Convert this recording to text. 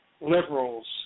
liberals